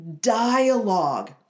dialogue